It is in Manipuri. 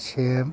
ꯁꯦꯝ